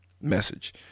message